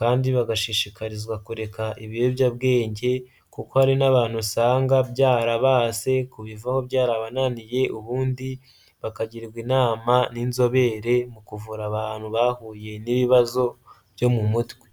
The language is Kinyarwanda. kandi bagashishikarizwa kureka ibiyobyabwenge kuko hari n'abantu usanga byarabase kubivaho byarabananiye. Ubundi bakagirwa inama n'inzobere mu kuvura abantu bahuye n'ibibazo byo mu mutwe.